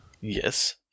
Yes